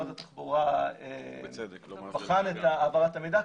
משרד התחבורה בחן את העברת המידע.